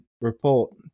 report